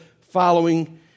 following